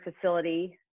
facility